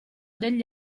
degli